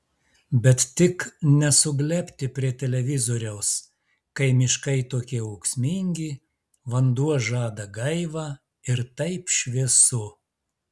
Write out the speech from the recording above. bet tik ne suglebti prie televizoriaus kai miškai tokie ūksmingi vanduo žada gaivą ir taip šviesu